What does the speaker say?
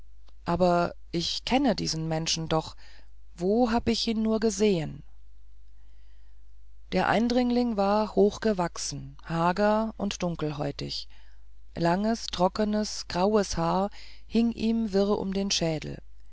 aber ich kenne diesen menschen doch wo hab ich ihn nur gesehen der eindringling war hochgewachsen hager und dunkelhäutig langes trockenes graues haar hing ihm wirr um den schädel